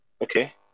Okay